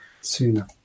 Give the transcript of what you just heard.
sooner